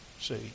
see